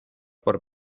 por